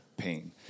pain